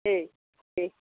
ठीक ठीक